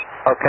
Okay